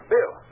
Bill